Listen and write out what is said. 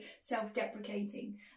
self-deprecating